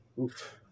Oof